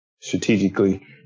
strategically